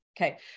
okay